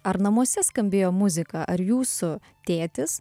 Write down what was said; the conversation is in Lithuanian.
ar namuose skambėjo muzika ar jūsų tėtis